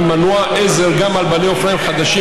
מנוע עזר גם על בעלי אופניים חדשים,